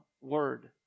Word